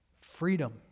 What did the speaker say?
Freedom